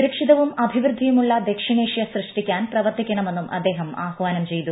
സുരക്ഷിതവും അഭിവൃദ്ധിയുമുള്ള ദക്ഷിണേഷ്യ സൃഷ്ടിക്കാൻ പ്രവർത്തിക്കണമെന്നും അദ്ദേഹം ആഹ്വാനം ചെയ്തു